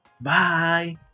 Bye